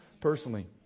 personally